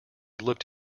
looked